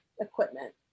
equipment